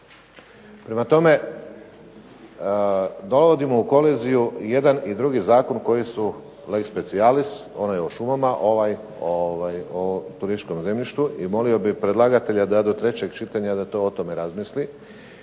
Prema tome, dovodimo u koliziju jedan i drugi zakon koji su lex specialis onaj o šumama, ovaj o turističkom zemljištu i molio bih predlagatelja do trećeg čitanja da o tome razmisli.